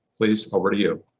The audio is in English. please, over to you.